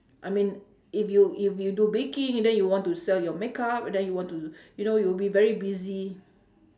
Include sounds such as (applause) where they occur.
I mean if you if you do baking then you want to sell your make-up then you want to (breath) you know you will be very busy